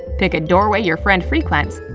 pick a doorway your friend frequents.